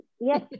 yes